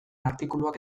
artikuluak